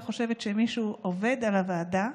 לא חושבת שמישהו עובד על הוועדה,